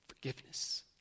forgiveness